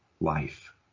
life